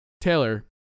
Taylor